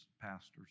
pastors